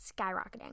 Skyrocketing